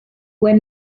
when